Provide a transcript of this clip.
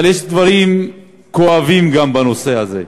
אבל יש דברים כואבים גם בנושא הזה.